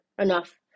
enough